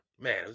man